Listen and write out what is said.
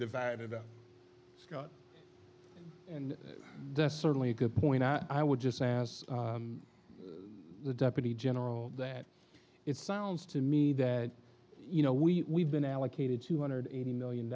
divided up scott and that's certainly a good point i would just ask the deputy general that it sounds to me that you know we been allocated two hundred eighty million